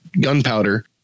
gunpowder